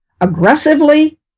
aggressively